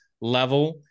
level